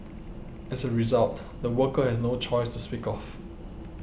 as a result the worker has no choice to speak of